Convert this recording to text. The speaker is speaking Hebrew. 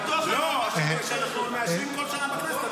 לא, שאנחנו מאשרים כל שנה וחצי.